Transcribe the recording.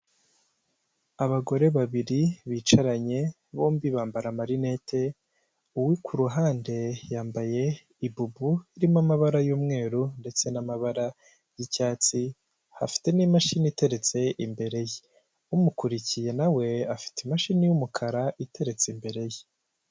Abagore babiri bicaranye bombi bambara marinet, uri ku ruhande yambaye ibubu irimo amabara y'umweru ndetse n'amabara yi'cyatsi, afite n'imashini iteretse imbere ye, umukurikiye na we afite imashini y'umukara iteretse imbere ye.